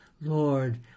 Lord